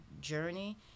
journey